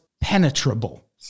penetrable